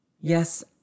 Yes